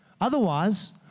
Otherwise